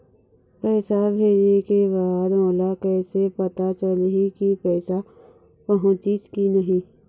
पैसा भेजे के बाद मोला कैसे पता चलही की पैसा पहुंचिस कि नहीं?